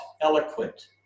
eloquent